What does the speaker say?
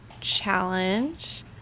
challenge